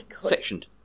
Sectioned